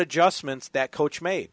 adjustments that coach made